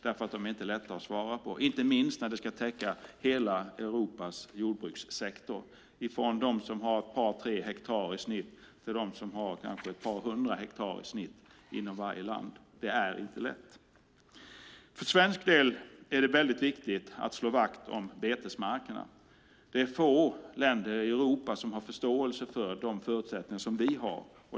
Det är inte lätt att svara på, inte minst när de ska täcka hela Europas jordbrukssektor - från dem som har ett par hektar i snitt till dem som har kanske ett par hundra hektar i snitt inom varje land. Det är inte lätt. För svensk del är det viktigt att slå vakt om betesmarkerna. Det är få länder i Europa som har förståelse för de förutsättningar som vi har.